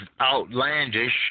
outlandish